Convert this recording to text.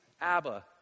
Abba